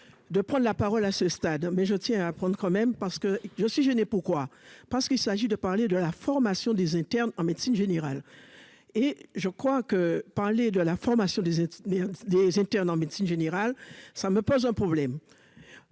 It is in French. de prendre la parole à ce stade, mais je tiens à prendre quand même parce que je suis gêné pourquoi parce qu'il s'agit de parler de la formation des internes en médecine générale et je crois que parler de la formation des ethnies, des internes en médecine générale, ça me pose un problème